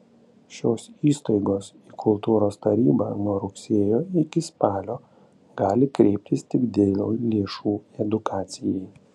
šios įstaigos į kultūros tarybą nuo rugsėjo iki spalio gali kreiptis tik dėl lėšų edukacijai